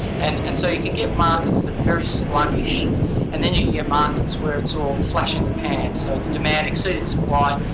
and and so, you can get markets that are very sluggish and then, you can get markets where it's all flush in the pan. so, the demand exceeded supply,